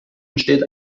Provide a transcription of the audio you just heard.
entsteht